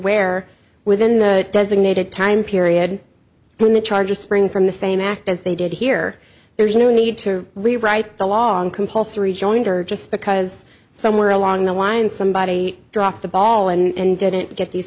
aware within the designated time period when the charges spring from the same act as they did here there's no need to rewrite the long compulsory jointer just because somewhere along the line somebody dropped the ball and didn't get these